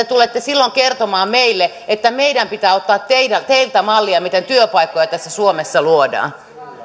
tulette silloin kertomaan meille että meidän pitää ottaa teiltä mallia miten työpaikkoja tässä suomessa luodaan